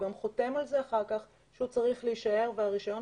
הוא גם חותם על זה אחר כך שהוא צריך להישאר והרישיון